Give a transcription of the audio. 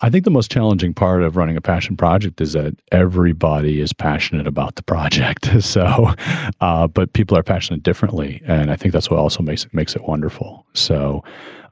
i think the most challenging part of running a passion project is that everybody is passionate about the project. so ah but people are passionate differently. and i think that's what also makes it makes it wonderful. so